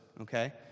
okay